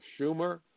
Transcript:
Schumer